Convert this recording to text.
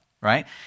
right